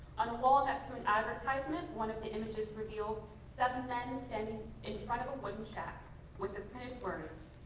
on a wall next to an advertisement, one of the images reveals seven men standing so and in front of a wooden shack with the printed words,